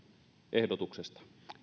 ehdotuksesta